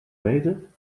meter